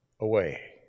away